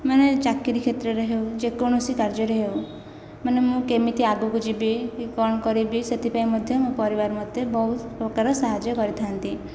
ମାନେ ଚାକିରୀ କ୍ଷେତ୍ରରେ ହେଉ ଯେକୌଣସି କାର୍ଯ୍ୟରେ ହେଉ ମାନେ ମୁଁ କେମିତି ଆଗକୁ ଯିବି କି କ'ଣ କରିବି ସେଥିପାଇଁ ମଧ୍ୟ ମୋ ପରିବାର ମୋତେ ବହୁତ ପ୍ରକାର ସାହାଯ୍ୟ କରିଥାନ୍ତି